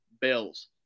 Bills